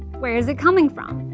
where's it coming from?